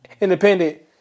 independent